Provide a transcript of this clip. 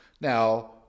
Now